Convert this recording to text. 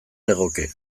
legoke